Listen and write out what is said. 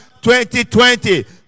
2020